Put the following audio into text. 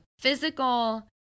physical